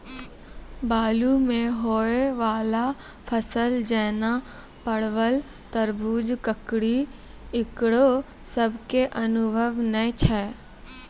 बालू मे होय वाला फसल जैना परबल, तरबूज, ककड़ी ईकरो सब के अनुभव नेय छै?